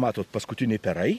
matot paskutiniai perai